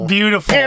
Beautiful